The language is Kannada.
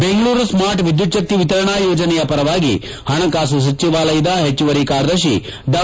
ಬೆಂಗಳೂರು ಸ್ನಾರ್ಟ ವಿದ್ನುತ್ಭಕ್ತಿ ವಿತರಣಾ ಯೋಜನೆಯ ಪರವಾಗಿ ಹಣಕಾಸು ಸಚಿವಾಲಯದ ಹೆಚ್ಚುವರಿ ಕಾರ್ಯದರ್ಶಿ ಡಾ